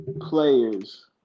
players –